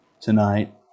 tonight